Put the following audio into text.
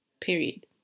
period